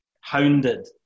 hounded